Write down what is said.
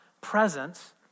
presence